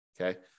okay